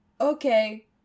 Okay